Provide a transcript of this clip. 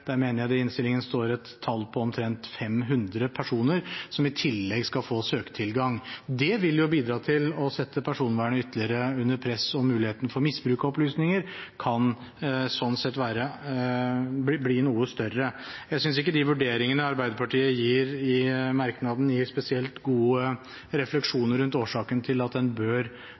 Jeg mener det i innstillingen står et tall på omtrent 500 personer som i tillegg skal få søketilgang. Det vil bidra til å sette personvernet ytterligere under press, og muligheten for misbruk av opplysninger kan slik sett bli noe større. Jeg synes ikke de vurderingene Arbeiderpartiet gjør i merknaden, gir spesielt gode refleksjoner rundt årsaken til at en bør